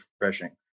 refreshing